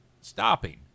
stopping